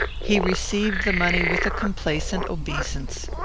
he received the money with a complaisant obeisance.